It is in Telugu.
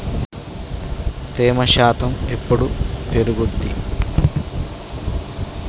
తేమ శాతం ఎప్పుడు పెరుగుద్ది?